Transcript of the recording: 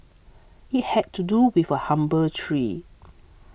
it had to do with a humble tree